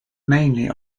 mainly